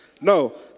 No